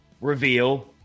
reveal